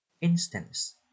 Instance